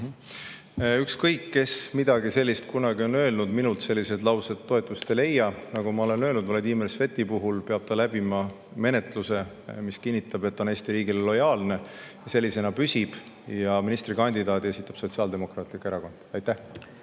Ükskõik, kes midagi sellist kunagi on öelnud, minult sellised laused toetust ei leia. Nagu ma olen öelnud, Vladimir Svet peab läbima menetluse, mis kinnitab, et ta on Eesti riigile lojaalne ja sellisena püsib. Ministrikandidaadi esitas Sotsiaaldemokraatlik Erakond.